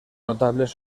notables